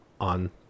on